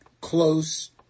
close